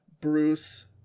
Bruce